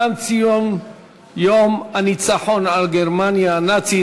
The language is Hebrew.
תם ציון יום הניצחון על גרמניה הנאצית.